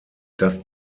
das